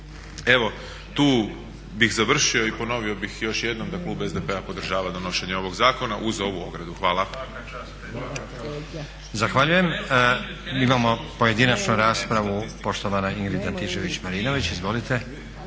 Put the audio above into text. Evo, tu bih završio i ponovio bih još jednom da klub SDP-a podržava donošenje ovog zakona uz ovu ogradu.